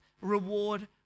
reward